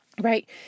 right